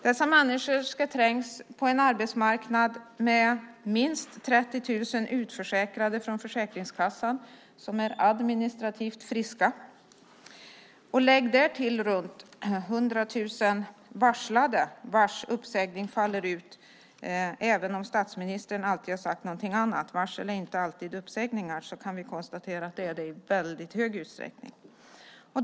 Dessa människor ska trängas på en arbetsmarknad med minst 30 000 personer som är utförsäkrade från Försäkringskassan men som administrativt är friska. Lägg därtill runt 100 000 varsel - varsel som faller ut i uppsägningar. Även om statsministern alltid sagt någonting annat - att varsel inte alltid är lika med uppsägningar - kan vi konstatera att varsel i väldigt stor utsträckning är det.